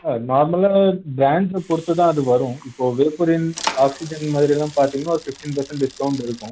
ஆ நார்மலாக பிராண்ட்ஸை பொறுத்துதான் அது வரும் இப்போது வேப்பரின் ஆக்சிஜன் மாதிரியெலாம் பார்த்தீங்கன்னா ஒரு ஃபிஃப்டீன் பர்சன்ட் டிஸ்கௌண்ட் இருக்கும்